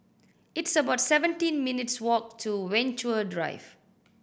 it's about seventeen minutes' walk to Venture Drive